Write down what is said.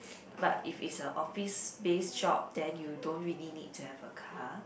but if is a office based job then you don't really need to have a car